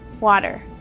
Water